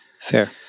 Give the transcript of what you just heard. Fair